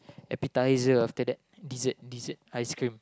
appetiser after that dessert dessert ice cream